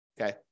Okay